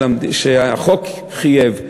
שהחוק חייב,